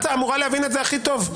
את אמורה להבין את זה הכי טוב.